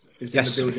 Yes